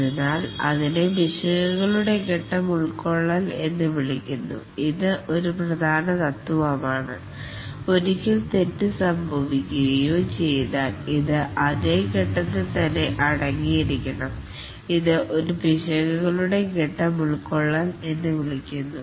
അതിനാൽ ഇതിനെ പിശക് കളുടെ ഫേസ് ഉൾക്കൊള്ളൽ എന്ന് വിളിക്കുന്നു ഇത് ഒരു പ്രധാന തത്വമാണ് ആണ് ഒരിക്കൽ തെറ്റ് സംഭവിക്കുകയോ ചെയ്താൽ ഇത് അതേ ഫേസ് ത്തിൽ തന്നെ അടങ്ങിയിരിക്കണം ഇത് ഫേസ് കോൺടൈൻമെൻറ് ഓഫ് ഇർറോർസ് എന്നും അറിയപ്പെടുന്നു